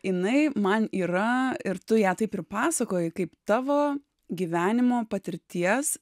jinai man yra ir tu ją taip ir pasakoji kaip tavo gyvenimo patirties